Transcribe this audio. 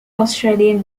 australian